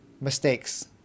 mistakes